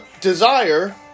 desire